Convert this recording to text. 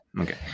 Okay